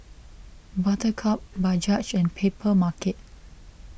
Buttercup Bajaj and Papermarket